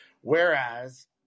Whereas